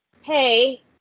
hey